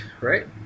right